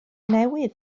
newydd